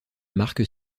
marque